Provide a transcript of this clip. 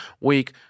week